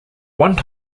one